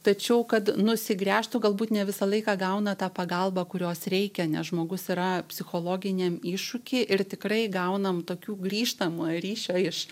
tačiau kad nusigręžtų galbūt ne visą laiką gauna tą pagalbą kurios reikia nes žmogus yra psichologiniam iššūky ir tikrai gaunam tokių grįžtamojo ryšio iš